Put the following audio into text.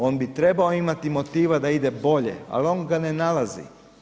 On bi trebao imati motiva da ide bolje, ali on ga ne nalazi.